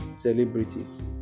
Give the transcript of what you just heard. celebrities